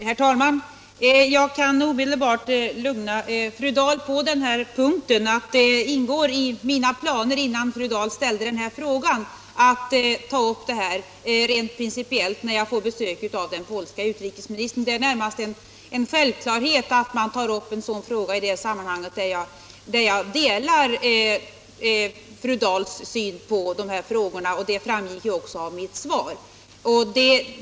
Herr talman! Jag kan omedelbart lugna fru Dahl på den här punkten. Det ingick i mina planer innan fru Dahl ställde den här frågan att ta upp detta rent principiellt, när jag får besök av den polske utrikesministern. Det är närmast en självklarhet att man tar upp sådana frågor i det sammanhanget. Jag delar fru Dahls syn på dessa frågor, och det framgick ju också av mitt svar.